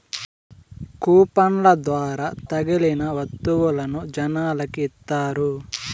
కూపన్ల ద్వారా తగిలిన వత్తువులను జనాలకి ఇత్తారు